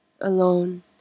Alone